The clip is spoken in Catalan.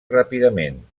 ràpidament